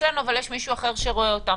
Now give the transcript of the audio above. אצלנו אבל יש מישהו אחר שרואה אותם",